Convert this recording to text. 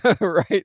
Right